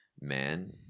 man